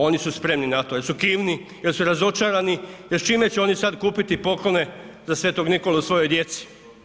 Oni su spremni na to jer su kivni, jer su razočarani jer s čime će oni sada kupiti poklone za Sv. Nikolu svojoj djeci?